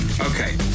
Okay